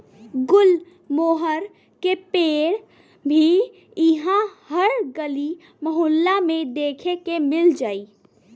गुलमोहर के पेड़ भी इहा हर गली मोहल्ला में देखे के मिल जाई